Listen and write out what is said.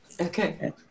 okay